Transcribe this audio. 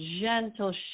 gentle